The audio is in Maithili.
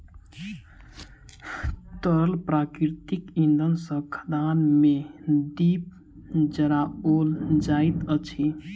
तरल प्राकृतिक इंधन सॅ खदान मे दीप जराओल जाइत अछि